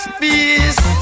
peace